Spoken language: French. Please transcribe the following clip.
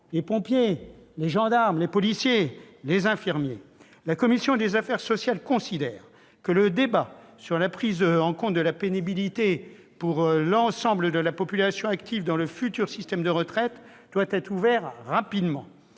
: policiers, gendarmes, pompiers, infirmiers notamment. La commission des affaires sociales considère que le débat sur la prise en compte de la pénibilité pour l'ensemble de la population active dans le futur système de retraite doit être ouvert rapidement.